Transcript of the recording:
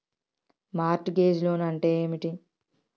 Mart gauge loan అంటే ఏమిటి?